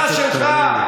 בתמיכה שלך.